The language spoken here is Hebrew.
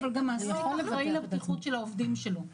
אבל מעסיק אחראי לבטיחות של העובדים שלו.